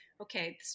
okay